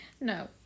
No